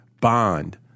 Bond